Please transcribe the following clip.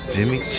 Jimmy